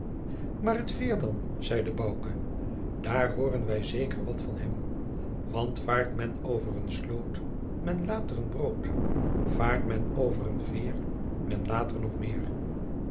naar het veer dan zeide bouke daar hooren wij zeker wat van hem want vaart men over een sloot men laat er een brood vaart men over een veer men laat er nog meer